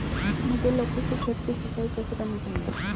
मुझे लौकी के खेत की सिंचाई कैसे करनी चाहिए?